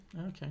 Okay